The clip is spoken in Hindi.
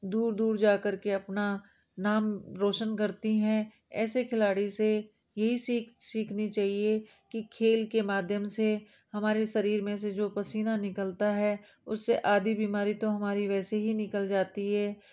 दूर दूर जा करके अपना नाम रौशन करती हैं ऐसे खिलाड़ी से यहीं सीख सीखनी चाहिए कि खेल के माध्यम से हमारे शरीर में से जो पसीना निकलता है उससे आधी बीमारी तो वैसे ही निकल जाती है